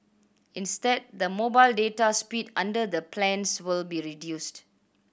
instead the mobile data speed under the plans will be reduced